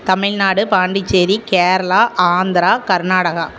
Tamil Nadu Pondicherry Kerala Andhra Karnataka